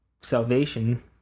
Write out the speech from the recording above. salvation